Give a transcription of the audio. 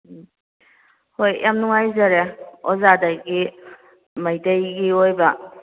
ꯎꯝ ꯍꯣꯏ ꯌꯥꯝ ꯅꯨꯡꯉꯥꯏꯖꯔꯦ ꯑꯣꯖꯥꯗꯒꯤ ꯃꯩꯇꯩꯒꯤ ꯑꯣꯏꯕ